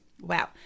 Wow